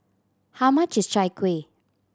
how much is Chai Kueh